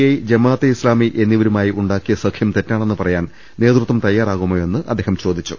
I Jamaat-e-Islami എന്നിവരുമായി ഉണ്ടാ ക്കിയ സഖ്യം തെറ്റാണെന്ന് പറയാൻ നേതൃത്വം തയ്യാറാകുമോ എന്ന് അദ്ദേഹം ചോദിച്ചു